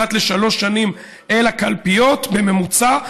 של אחת לשלוש שנים אל הקלפיות בממוצע,